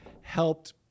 helped